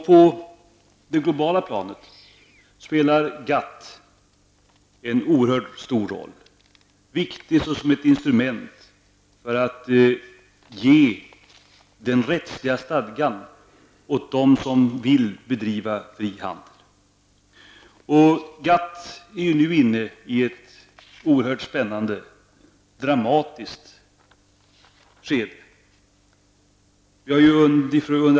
På det globala planet spelar GATT en oerhört stor roll. GATT är viktigt som ett instrument för att ge den rättsliga stadgan åt dem som vill bedriva fri handel. GATT är nu inte i ett oerhört spännande och dramatiskt skede.